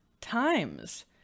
times